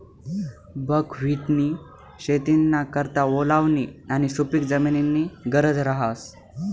बकव्हिटनी शेतीना करता ओलावानी आणि सुपिक जमीननी गरज रहास